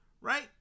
Right